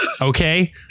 Okay